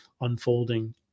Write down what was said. unfolding